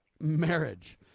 marriage